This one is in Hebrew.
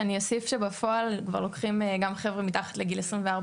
אלא אנחנו מאפשרים לו גמישות,